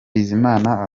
bizimana